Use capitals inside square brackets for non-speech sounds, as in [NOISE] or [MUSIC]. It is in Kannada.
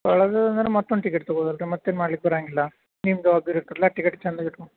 ಕಳದೆ ಅಂದ್ರೆ ಮತ್ತೊಂದು ಟಿಕಿಟ್ [UNINTELLIGIBLE] ರೀ ಮತ್ತೇನು ಮಾಡ್ಲಿಕ್ಕೆ ಬರಂಗಿಲ್ಲ ನಿಮ್ಮ [UNINTELLIGIBLE] ಟಿಕಿಟ್ ಚಂದಗೆ ಇಟ್ಕೊಂಡು